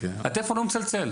הטלפון לא מצלצל.